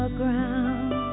ground